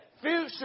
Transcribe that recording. future